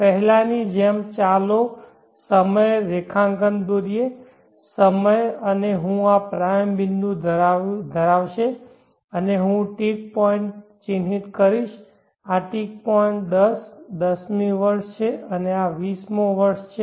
પહેલાંની જેમ ચાલો સમય રેખાંકન દોરીએ સમય અને હું આ પ્રારંભિક બિંદુ ધરાવશે અને હું ટિક પોઇન્ટ ચિહ્નિત કરીશ આ ટિક પોઇન્ટ 10 10 મી વર્ષ છે અને આ 20 મો વર્ષ છે